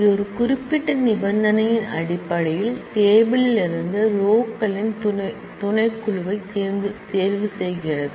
இது ஒரு குறிப்பிட்ட கண்டிஷன் ன் அடிப்படையில் டேபிள் லிருந்து ரோ களின் சப் செட் ஐ தேர்வு செய்கிறது